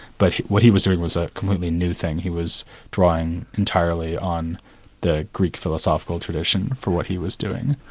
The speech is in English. but what he was doing was a completely new thing. he was drawing entirely on the greek philosophical tradition, for what he was doing.